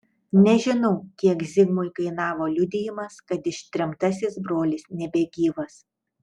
nežinau kiek zigmui kainavo liudijimas kad ištremtasis brolis nebegyvas